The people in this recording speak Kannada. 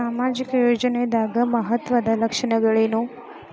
ಸಾಮಾಜಿಕ ಯೋಜನಾದ ಮಹತ್ವದ್ದ ಲಕ್ಷಣಗಳೇನು?